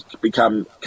become